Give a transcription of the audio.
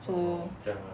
so